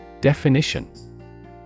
Definition